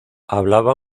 hablaba